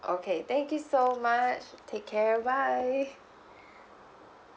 okay thank you so much take care bye